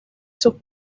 sus